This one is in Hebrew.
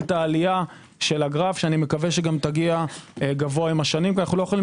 את עליית הגרף שאני מקווה שתגיע גבוה עם השנים כי אנו לא יכולים